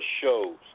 shows